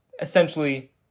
essentially